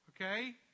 Okay